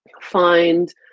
find